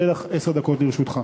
השעיית מירוץ תקופת התיישנות),